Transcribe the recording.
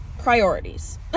priorities